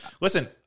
listen